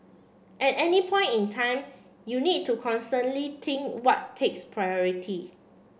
at any point in time you need to constantly think what takes priority